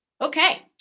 Okay